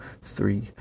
three